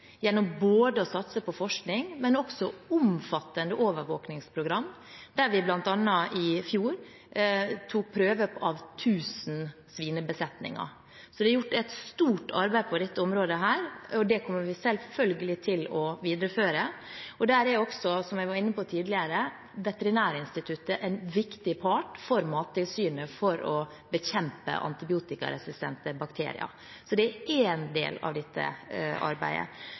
gjennom å satse både på forskning og på omfattende overvåkingsprogram, der vi bl.a. i fjor tok prøver av 1 000 svinebesetninger. Det er gjort et stort arbeid på dette området, og det kommer vi selvfølgelig til å videreføre. Der er også, som jeg var inne på tidligere, Veterinærinstituttet en viktig part for Mattilsynet for å bekjempe antibiotikaresistente bakterier. Det er én del av dette arbeidet.